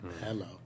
Hello